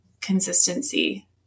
consistency